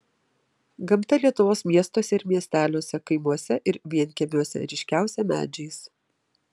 gamta lietuvos miestuose ir miesteliuose kaimuose ir vienkiemiuose ryškiausia medžiais